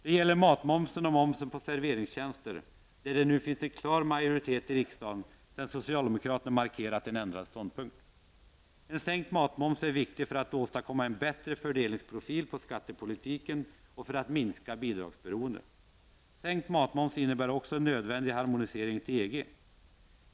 Det gäller matmomsen och momsen på serveringstjänster, där det nu finns en klar majoritet i riksdagen efter det att socialdemokraterna markerat en ändrad ståndpunkt i dessa frågor. En sänkt matmoms är viktig för att åstadkomma en bättre fördelningsprofil på skattepolitiken och för att minska bidragsberoendet. Sänkt matmoms innebär också en nödvändig harmonisering till EG.